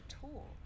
tool